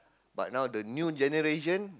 but now the new generation